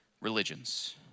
religions